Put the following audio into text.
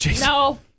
No